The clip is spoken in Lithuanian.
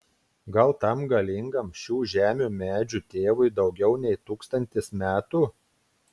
gal tam galingam šių žemių medžių tėvui daugiau nei tūkstantis metų